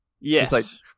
yes